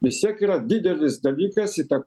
vis tiek yra didelis dalykas įta